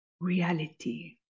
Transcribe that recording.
reality